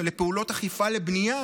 לפעולות אכיפה לבנייה.